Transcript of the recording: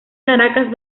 caracas